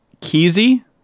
Keezy